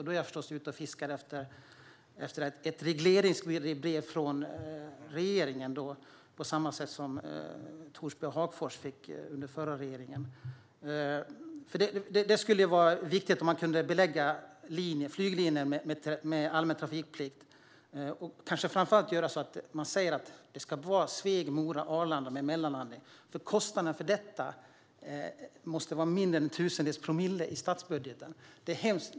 Då är jag förstås ute och fiskar efter ett regleringsbrev från regeringen, på samma sätt som Torsby och Hagfors fick det under den förra regeringen. Det skulle vara viktigt om man kunde belägga linjeflygningen där med allmän trafikplikt och kanske framför allt säga att det ska vara Sveg-Mora-Arlanda, med mellanlandning. Kostnaderna för detta måste ju vara mindre än en tusendels promille i statsbudgeten.